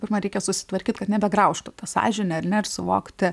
pirma reikia susitvarkyt kad nebegraužtų sąžinė ir suvokti